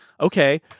Okay